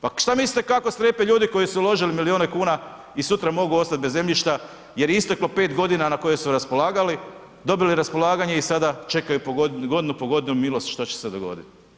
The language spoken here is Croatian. Pa što mislite, kako strepe ljudi koji su uložili milijune kuna i sutra mogu ostat bez zemljišta jer je isteklo 5 godina na koje su raspolagali, dobili raspolaganja i sada čekaju po godinu po godinu milost što će se dogoditi.